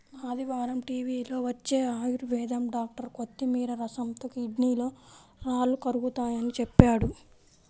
ఆదివారం టీవీలో వచ్చే ఆయుర్వేదం డాక్టర్ కొత్తిమీర రసంతో కిడ్నీలో రాళ్లు కరుగతాయని చెప్పాడు